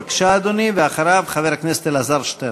בבקשה, אדוני, ואחריו, חבר הכנסת אלעזר שטרן.